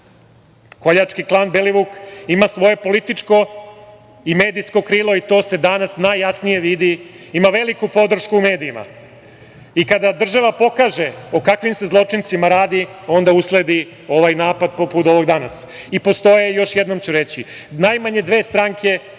Koljački klan Belivuk ima svoje političko i medijsko krilo i to se danas najjasnije vidi. Ima veliku podršku u medijima. Kada država pokaže o kakvim se zločincima radi, onda usledi ovaj napad poput ovog danas. Postoje, još jednom ću reći, najmanje dve stranke,